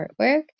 artwork